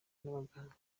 n’abaganga